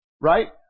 Right